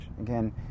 Again